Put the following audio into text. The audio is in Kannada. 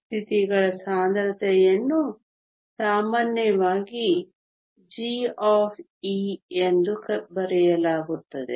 ಸ್ಥಿತಿಗಳ ಸಾಂದ್ರತೆಯನ್ನು ಸಾಮಾನ್ಯವಾಗಿ g ಎಂದು ಬರೆಯಲಾಗುತ್ತದೆ